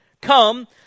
Come